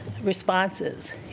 responses